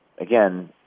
again